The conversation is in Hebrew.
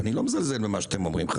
אני לא מזלזל חלילה במה שאתם אומרים.